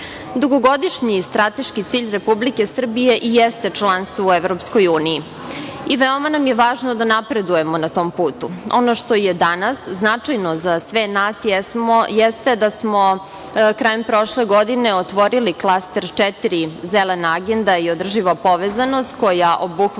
Dugogodišnji strateški cilj Republike Srbije je i jeste članstvo u EU i veoma nam je važno da napredujemo na tom putu. Ono što je danas značajno za sve nas jeste da smo krajem prošle godine otvorili „Klaster 4“ zelena agenda i održiva povezanost koja obuhvata